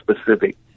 specific